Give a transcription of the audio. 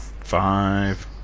five